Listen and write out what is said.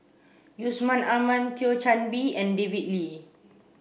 Yusman Aman Thio Chan Bee and David Lee